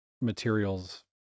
materials